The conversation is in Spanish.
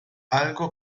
algo